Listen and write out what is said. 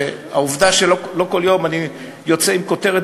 והעובדה שלא כל יום אני יוצא עם כותרת